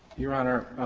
your honor,